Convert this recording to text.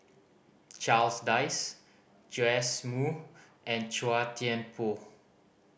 Charles Dyce Joash Moo and Chua Thian Poh